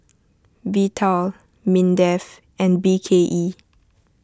Vital Mindef and B K E